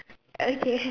okay